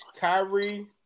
Kyrie